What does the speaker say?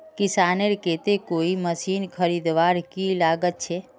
किसानेर केते कोई मशीन खरीदवार की लागत छे?